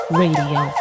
radio